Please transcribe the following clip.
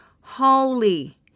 holy